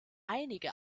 einige